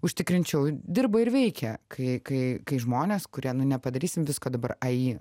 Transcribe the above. užtikrinčiau dirba ir veikia kai kai žmonės kurie nu nepadarysim visko dabar ai